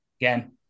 again